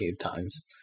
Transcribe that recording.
times